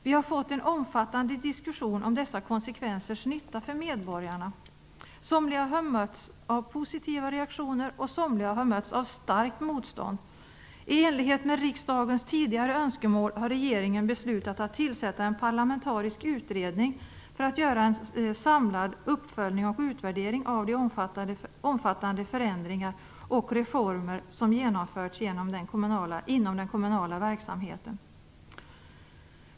Vi har fått en omfattande diskussion om dessa konsekvensers nytta för medborgarna. Somliga har mötts av positiva reaktioner och somliga har mötts av starkt motstånd. I enlighet med riksdagens tidigare önskemål har regeringen beslutat tillsätta en parlamentarisk utredning för att göra en samlad uppföljning och utvärdering av de omfattande förändringar och reformer som har genomförts inom den kommunala verksamheten.